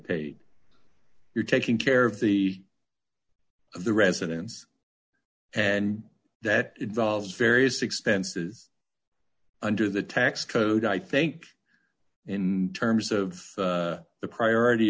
paid you're taking care of the of the residents and that involves various expenses under the tax code i think in terms of the priority